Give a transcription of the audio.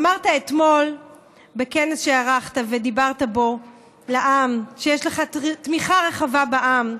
אמרת אתמול בכנס שערכת ודיברת בו שיש תמיכה רחבה בעם.